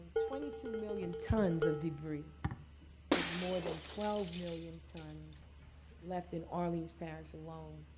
twenty two million tons of debris with more than twelve million tons left in orleans parish alone.